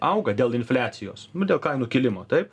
auga dėl infliacijos dėl kainų kilimo taip